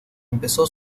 empezó